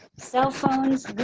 cell phones,